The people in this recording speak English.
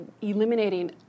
eliminating